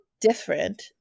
different